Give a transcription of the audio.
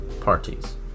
parties